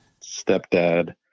stepdad